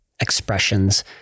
expressions